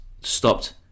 stopped